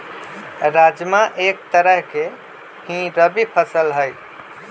राजमा एक तरह के ही रबी फसल हई